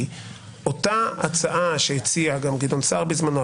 אותה הצעה שהציע גם גדעון סער בזמנו,